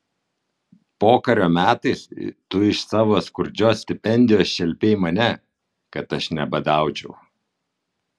pokario metais tu iš savo skurdžios stipendijos šelpei mane kad aš nebadaučiau